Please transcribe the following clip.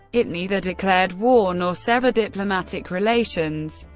it neither declared war nor severed diplomatic relations.